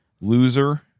loser